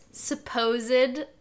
supposed